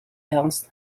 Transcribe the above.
ernst